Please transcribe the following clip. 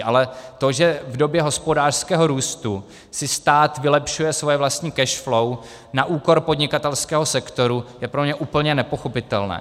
Ale to, že v době hospodářského růstu si stát vylepšuje svoje vlastní cash flow na úkor podnikatelského sektoru, je pro mě úplně nepochopitelné.